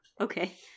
okay